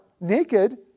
naked